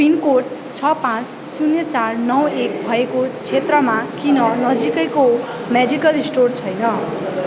pin code छ पाँच शून्य चार नौ एक भएको क्षेत्रमा किन नजिकैको मेडिकल स्टोर छैन